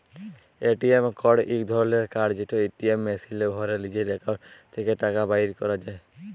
ATM card ইক ধরলের card যেট এটিএম মেশিলে ভ্যরে লিজের একাউল্ট থ্যাকে টাকা বাইর ক্যরা যায়